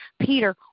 Peter